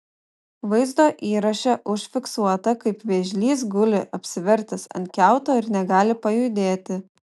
vaizdo įraše užfiksuota kaip vėžlys guli apsivertęs ant kiauto ir negali pajudėti